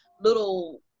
little